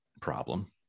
problem